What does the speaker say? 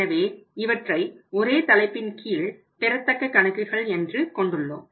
எனவே இவற்றை ஒரே தலைப்பின் கீழ் பெறத்தக்க கணக்குகள் என்று கொண்டுள்ளோம்